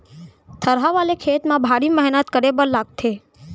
थरहा वाले खेत म भारी मेहनत करे बर लागथे